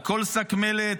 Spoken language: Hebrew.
על כל שק מלט,